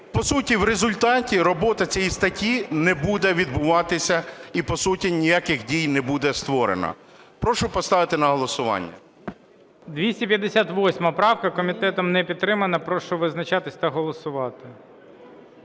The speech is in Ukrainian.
по суті, в результаті робота цієї статті не буде відбуватися і, по суті, ніяких дій не буде створено. Прошу поставити на голосування. ГОЛОВУЮЧИЙ. 258 правка. Комітетом не підтримана. Прошу визначатися та голосувати.